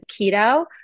keto